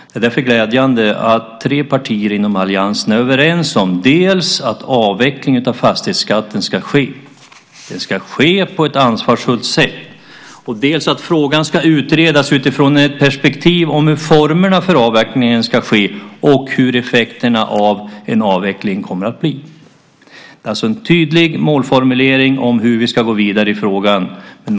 Det är därför glädjande att tre partier inom alliansen är överens om dels att avvecklingen av fastighetsskatten ska ske och ske på ett ansvarsfullt sätt, dels att frågan ska utredas utifrån ett perspektiv om hur formerna för avvecklingen ska se ut och hur effekterna av en avveckling kommer att bli. Det är alltså en tydlig målformulering om hur vi ska gå vidare i frågan.